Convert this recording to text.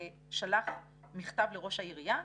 שלח מכתב לראש העירייה,